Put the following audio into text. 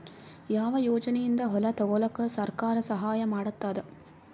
ಯಾವ ಯೋಜನೆಯಿಂದ ಹೊಲ ತೊಗೊಲುಕ ಸರ್ಕಾರ ಸಹಾಯ ಮಾಡತಾದ?